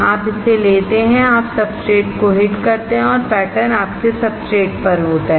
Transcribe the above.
आप इसे लेते हैं आप सब्सट्रेट को हिट करते हैं और पैटर्न आपके सब्सट्रेट पर होता है